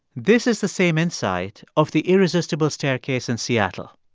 this is the same insight of the irresistible staircase in seattle.